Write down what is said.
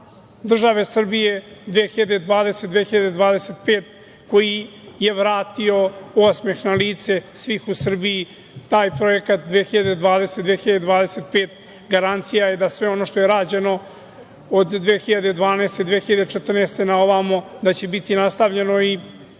države Srbije 2020/2025 koji je vratio osmeh na lice svih u Srbiji. Taj projekat 2020/2025 garancija je da sve ono što je rađeno od 2012, 2014. godine na ovamo, da će biti nastavljeno. Kritizeri